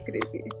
crazy